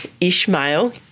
Ishmael